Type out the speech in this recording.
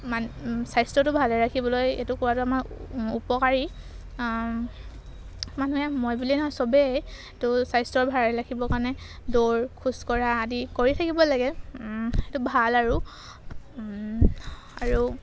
মান স্বাস্থ্যটো ভালে ৰাখিবলৈ এইটো কোৱাটো আমাৰ উপকাৰী মানুহে মই বুলিয়েই নহয় চবেই স্বাস্থ্য ভালে ৰাখিবৰ কাৰণে দৌৰ খোজ কঢ়া আদি কৰি থাকিব লাগে সেইটো ভাল আৰু আৰু